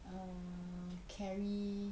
err carry